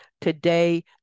Today